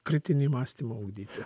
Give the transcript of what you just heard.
kritinį mąstymą ugdyti